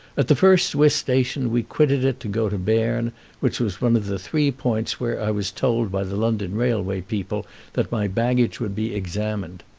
at the first swiss station we quitted it to go to berne, which was one of the three points where i was told by the london railway people that my baggage would be examined.